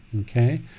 okay